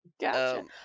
Gotcha